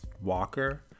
Walker